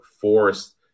force